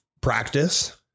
practice